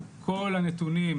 כל הנתונים,